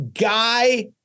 guy